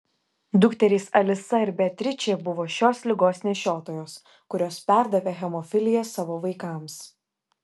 dukterys alisa ir beatričė buvo šios ligos nešiotojos kurios perdavė hemofiliją savo vaikams